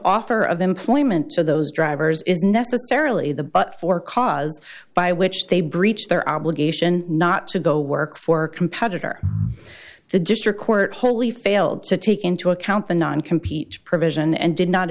offer of employment to those drivers is necessarily the but for cause by which they breached their obligation not to go work for a competitor the district court wholly failed to take into account the non compete provision and did not